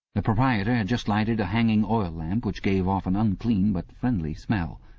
the proprietor had just lighted a hanging oil lamp which gave off an unclean but friendly smell.